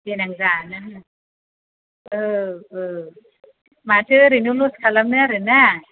देनां जानो होनना औ औ माथो ओरैनो लस खालामनो आरो ना